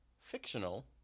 fictional